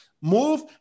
Move